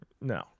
No